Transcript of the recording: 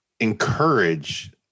encourage